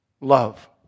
love